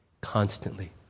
constantly